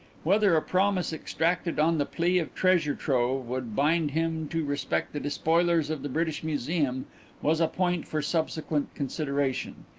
whether a promise exacted on the plea of treasure trove would bind him to respect the despoilers of the british museum was a point for subsequent consideration.